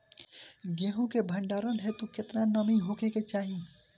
गेहूं के भंडारन हेतू कितना नमी होखे के चाहि?